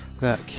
look